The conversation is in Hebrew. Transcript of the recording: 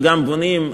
וגם בונים,